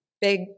big